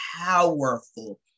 powerful